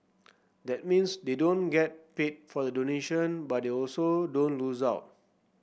that means they don't get paid for the donation but they also don't lose out